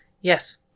Yes